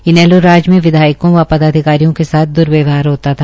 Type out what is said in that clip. इनक्षो राज में विधायकों व पदाधिकारियों के साथ द्वर्यवहार होता था